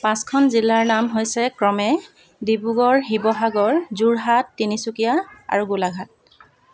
পাঁচখন জিলাৰ নাম হৈছে ক্ৰমে ডিব্ৰুগড় শিৱসাগৰ যোৰহাট তিনিচুকীয়া আৰু গোলাঘাট